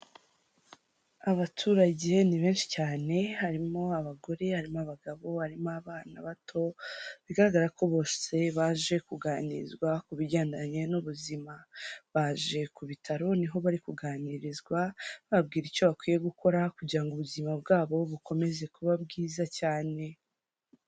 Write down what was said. Abaturage ni benshi cyane harimo abagore, harimo abagabo, harimo abana bato bigaragara ko bose baje kuganizwa ku bijyendanye n'ubuzima, baje ku bitaro ni ho bari kuganiririzwa bababwira icyo bakwiye gukora kugira ngo ubuzima bwabo bukomeze kuba bwiza cyane.